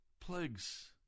plagues